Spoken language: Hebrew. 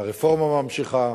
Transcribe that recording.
והרפורמה ממשיכה,